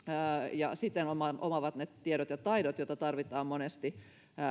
ja siten omaavat ne tiedot ja taidot joita tarvitaan monesti